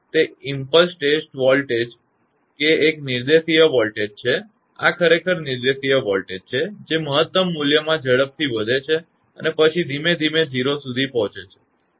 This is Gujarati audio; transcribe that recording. તેથી ઇમપલ્સ વોલ્ટેજ એ એક નિર્દેશીય વોલ્ટેજ છે આ ખરેખર નિર્દેશીય વોલ્ટેજ છે જે મહત્તમ મૂલ્યમાં ઝડપથી વધે છે અને પછી ધીમે ધીમે 0 સુધી નીચે આવે છે